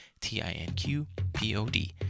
T-I-N-Q-P-O-D